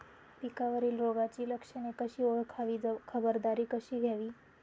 पिकावरील रोगाची लक्षणे कशी ओळखावी, खबरदारी कशी घ्यावी?